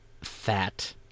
fat